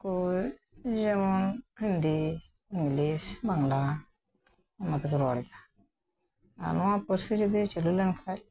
ᱠᱚ ᱡᱮᱢᱚᱱ ᱦᱤᱱᱫᱤ ᱤᱝᱞᱤᱥ ᱵᱟᱝᱞᱟ ᱚᱱᱟ ᱛᱮᱠᱚ ᱨᱚᱲ ᱮᱫᱟ ᱟᱨ ᱱᱚᱣᱟ ᱯᱟᱹᱨᱥᱤ ᱡᱩᱫᱤ ᱪᱟᱞᱩ ᱞᱮᱱ ᱠᱷᱟᱡ